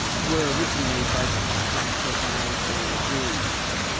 were originally jokes about blacks or gays or jews,